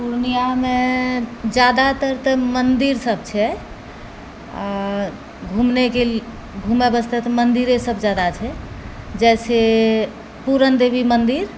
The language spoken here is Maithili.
पूर्णियामे जादातर तऽ मंदिर सब छै घूमनेके घूमय वास्ते मंदिरे सब जादा छै जैसे पूरणदेवी मंदिर